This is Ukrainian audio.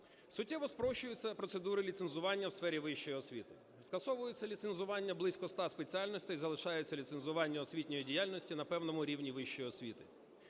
Суттєво спрощуються процедури ліцензування в сфері вищої освіти, скасовуються ліцензування близько 100 спеціальностей, залишається ліцензування освітньої діяльності на певному рівні вищої освіти.